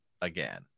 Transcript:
again